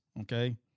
okay